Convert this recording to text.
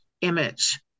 image